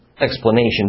explanation